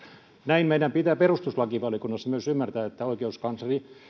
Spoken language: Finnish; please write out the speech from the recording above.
näin meidän pitää perustuslakivaliokunnassa myös ymmärtää että oikeuskansleri